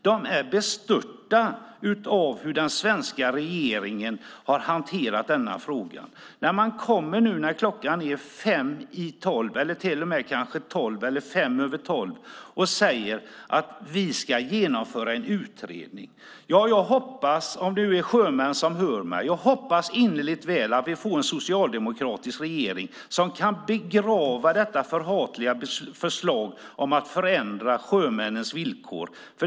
De är bestörta över hur den svenska regeringen har hanterat denna fråga. Man kommer nu när klockan är fem i tolv eller kanske till och med tolv eller fem över tolv och säger: Vi ska genomföra en utredning. Jag hoppas innerligt, om det nu är sjömän som hör mig, att vi får en socialdemokratisk regering som kan begrava detta förhatliga förslag om att förändra sjömännens villkor.